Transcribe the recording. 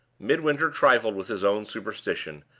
midwinter trifled with his own superstition,